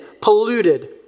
polluted